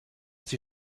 sie